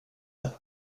det